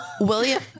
William